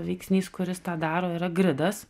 veiksnys kuris tą daro yra gridas